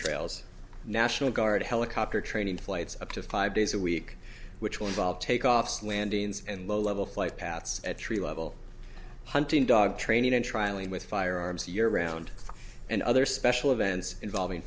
trails national guard helicopter training flights up to five days a week which will involve takeoffs and landings and low level flight paths at three level hunting dog training in trialing with firearms year round and other special events involving